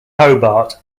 hobart